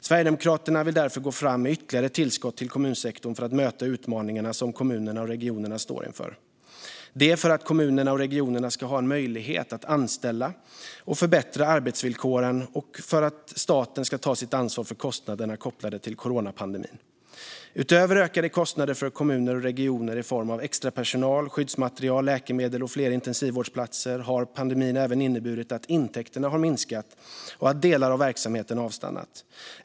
Sverigedemokraterna vill därför gå fram med ytterligare tillskott till kommunsektorn för att möta utmaningarna som kommunerna och regionerna står inför, detta för att kommunerna och regionerna ska ha en möjlighet att anställa och förbättra arbetsvillkoren och för att staten ska ta sitt ansvar för kostnaderna kopplade till coronapandemin. Utöver ökade kostnader för kommuner och regioner i form av extrapersonal, skyddsmaterial, läkemedel och fler intensivvårdsplatser har pandemin även inneburit att intäkterna har minskat och att delar av verksamheten avstannat.